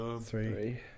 Three